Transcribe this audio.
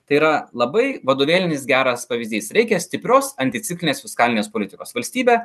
tai yra labai vadovėlinis geras pavyzdys reikia stiprios anticiklinės fiskalinės politikos valstybė